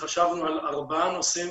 חשבנו על ארבעה נושאים